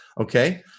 Okay